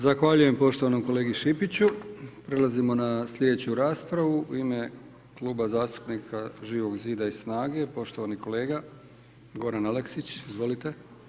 Zahvaljujem poštovanom kolegi Šipiću, prelazimo na sljedeću raspravu, u ime Kluba zastupnika Živog zida i SNAGA-e, poštovani kolega Goran Aleksić, izvolite.